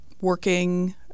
working